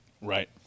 Right